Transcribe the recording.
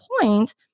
point